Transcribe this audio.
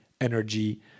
energy